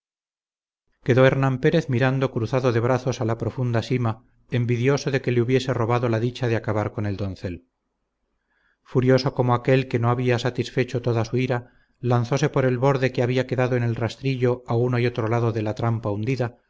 quedó hernán pérez mirando cruzado de brazos a la profunda sima envidioso de que le hubiese robado la dicha de acabar con el doncel furioso como aquél que no había satisfecho toda su ira lanzóse por el borde que había quedado en el rastrillo a uno y otro lado de la trampa hundida